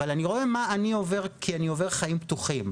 אבל אני רואה מה אני עובר כי אני עובר חיים פתוחים.